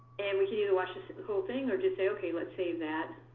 and we can either watch this and whole thing or just say, ok, let's save that.